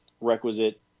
Requisite